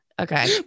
Okay